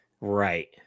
Right